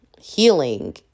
healing